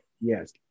Yes